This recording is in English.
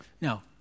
Now